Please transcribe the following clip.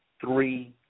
three